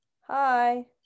Hi